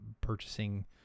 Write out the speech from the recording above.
purchasing